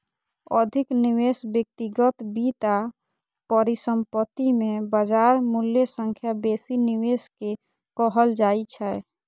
अधिक निवेश व्यक्तिगत वित्त आ परिसंपत्ति मे बाजार मूल्य सं बेसी निवेश कें कहल जाइ छै